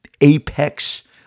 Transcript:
apex